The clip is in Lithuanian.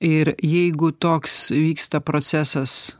ir jeigu toks vyksta procesas